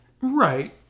Right